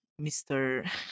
Mr